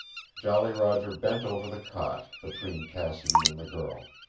jolly roger bent over the cot, between cassidy and the girl.